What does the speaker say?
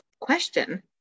question